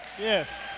Yes